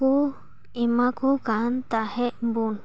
ᱠᱚ ᱮᱢᱟᱠᱚ ᱠᱟᱱ ᱛᱟᱦᱮᱫ ᱵᱚᱱ